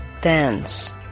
dance